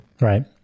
Right